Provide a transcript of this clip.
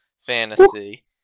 fantasy